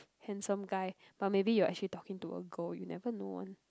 handsome guy but maybe you're actually talking to a girl you never know one